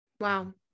Wow